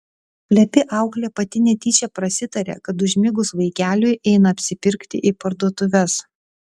plepi auklė pati netyčia prasitarė kad užmigus vaikeliui eina apsipirkti į parduotuves